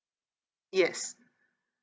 yes